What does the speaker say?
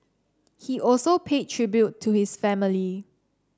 he also paid tribute to his family